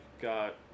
got